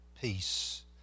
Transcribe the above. peace